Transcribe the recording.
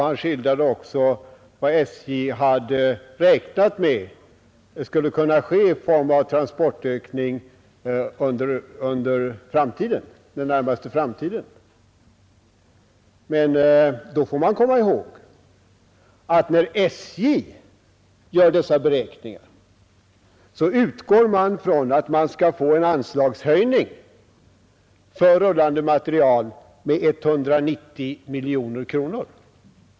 Han skildrade också vad SJ räknar med i form av trafikökning under den närmaste framtiden. Då får vi komma ihåg att när SJ gör dessa beräkningar, utgår man från att man skall få en anslagshöjning för rullande materiel med 190 miljoner kronor.